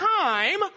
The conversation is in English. Time